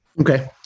Okay